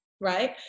right